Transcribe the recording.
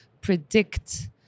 predict